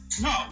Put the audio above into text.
No